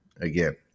again